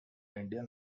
indian